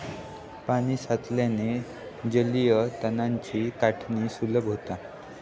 पाणी साचल्याने जलीय तणांची काढणी सुलभ होते